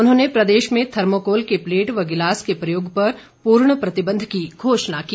उन्होंने प्रदेश में थर्मोकोल के प्लेट व गिलास के प्रयोग पर पूर्ण प्रतिबंध की घोषण की